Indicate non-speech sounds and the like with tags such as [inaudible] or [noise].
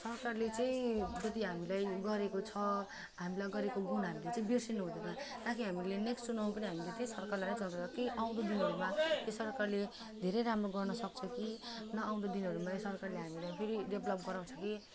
सरकारले चाहिँ जति हामीलाई गरेको छ हामीलाई गरेको गुण हामीले चाहिँ बिर्सिनु हुँदैन ताकि हामीले नेक्स्ट चुनाव पनि हामीले त्यही सरकारलाई [unintelligible] त्यो आउँदो दिनहरूमा त्यो सरकारले धेरै राम्रो गर्न सक्छ कि न आउँदो दिनहरूमा यो सरकारले हामीलाई फेरि डेभलप गराउँछ कि